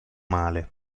male